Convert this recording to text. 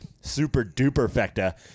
super-duper-fecta